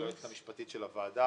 של היועצת המשפטית של הוועדה.